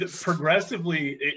progressively